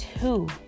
two